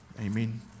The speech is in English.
amen